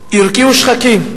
הרקיעו שחקים.